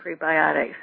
Prebiotics